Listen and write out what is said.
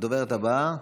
הדוברת הבאה,